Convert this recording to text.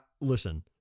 listen